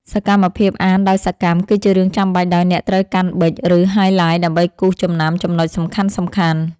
សកម្មភាពអានដោយសកម្ម គឺជារឿងចាំបាច់ដោយអ្នកត្រូវកាន់ប៊ិច ឬហាយឡាយ ដើម្បីគូសចំណាំចំណុចសំខាន់ៗ។